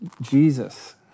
Jesus